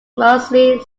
mostly